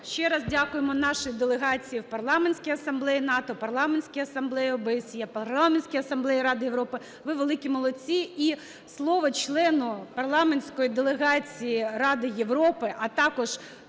Ще раз дякуємо нашій делегації в Парламентській асамблеї НАТО, в Парламентській асамблеї ОБСЄ, в Парламентській асамблеї Ради Європи, ви великі молодці. І слово члену парламентської делегації Ради Європи, а також